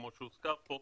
כמו שהוזכר פה,